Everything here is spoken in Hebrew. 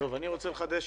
אני רוצה לחדש